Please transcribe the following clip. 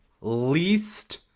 least